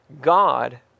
God